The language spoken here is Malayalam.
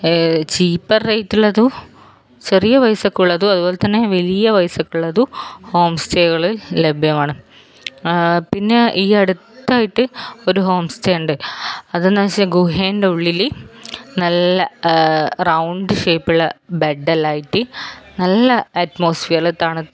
ചീപ്പർ റേറ്റുള്ളതും ചെറിയ പൈസക്കുള്ളതും അതു പോലെ തന്നെ വലിയ പൈസക്കുള്ളതും ഹോംസ്റ്റേകൾ ലഭ്യമാണ് പിന്നെ ഈ അടുത്തായിട്ട് ഒരു ഹോം സ്റ്റേ ഉണ്ട് അതെന്നു വച്ചാൽ ഗുഹൻ്റെ ഉള്ളിൽ നല്ല റൗണ്ട് ഷേപ്പുള്ള ബെഡ് എല്ലാമായിട്ട് നല്ല അറ്റ്മോസ്ഫിയറിൽ തണുപ്പ്